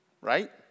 right